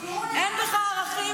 והיה צריך לנהל מערכת הסברה,